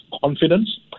confidence